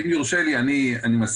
אם יורשה לי, אני מסכים.